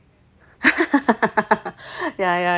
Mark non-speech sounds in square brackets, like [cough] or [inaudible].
[laughs] ya ya